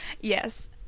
Yes